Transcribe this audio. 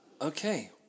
Okay